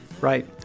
Right